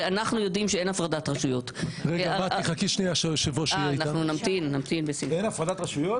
הרי אנחנו יודעים שאין הפרדת רשויות אין הפרדת רשויות?